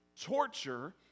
torture